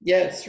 Yes